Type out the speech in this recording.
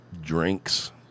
drinks